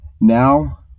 Now